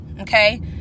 okay